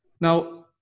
Now